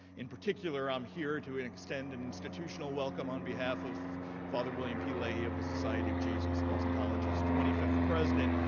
in particular, i'm here to extend an institutional welcome on behalf of father william p. leahy of the society of jesus, boston college's twenty fifth president,